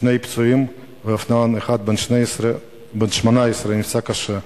שני פצועים ואופנוען אחד בן 18 נפצע קשה,